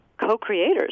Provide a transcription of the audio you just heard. co-creators